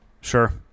Sure